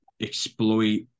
exploit